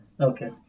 Okay